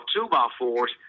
two-by-fours